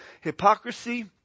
hypocrisy